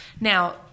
Now